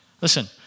Listen